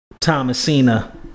thomasina